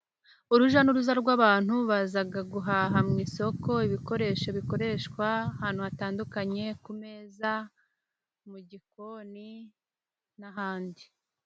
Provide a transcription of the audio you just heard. Uruja n'uruza rw'abantu bazaga guhaha mu isoko ibikoresho bikoreshwa ahantu hatandukanye: kumeza, mugikoni, n'ahandi.